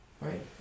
Right